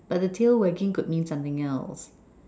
but the tail wagging could mean something else